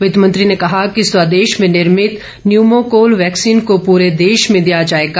वित्तमंत्री ने कहा कि स्वदेश में निर्मित न्यूमोकोल वैक्सीन को पूरे देश में दिया जायेगा